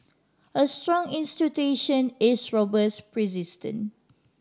a strong institution is robust persistent